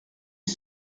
est